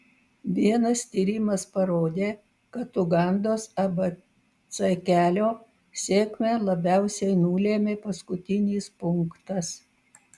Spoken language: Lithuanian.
vienas tyrimas parodė kad ugandos abc kelio sėkmę labiausiai nulėmė paskutinis punktas